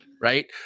right